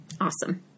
Awesome